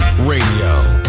Radio